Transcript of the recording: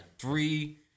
Three